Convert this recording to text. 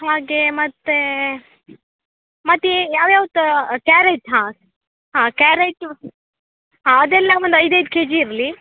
ಹಾಗೆ ಮತ್ತೆ ಮತ್ತೆ ಯಾವ್ಯಾವ ತ ಕ್ಯಾರೆಟ್ ಹಾಂ ಹಾಂ ಕ್ಯಾರೆಟು ಹಾಂ ಅದೆಲ್ಲ ಒಂದು ಐದು ಐದು ಕೆಜಿ ಇರಲಿ